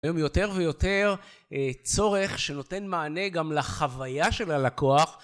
היום יותר ויותר צורך שנותן מענה גם לחוויה של הלקוח.